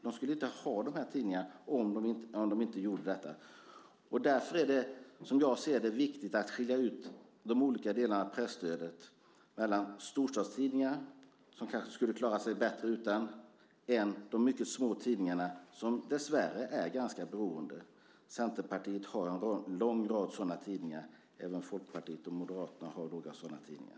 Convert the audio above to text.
De skulle inte ha tidningarna om de inte satte stort värde på dem. Därför är det viktigt att skilja ut de olika delarna av presstödet, mellan storstadstidningarna som skulle klara sig bättre utan och de mycket små tidningar som dessvärre är beroende av stödet. Centerpartiet har en lång rad sådana tidningar, och även Folkpartiet och Moderaterna har några sådana tidningar.